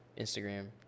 Instagram